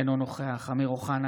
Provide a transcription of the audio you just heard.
אינו נוכח אמיר אוחנה,